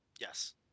yes